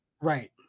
Right